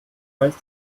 reiß